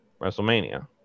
wrestlemania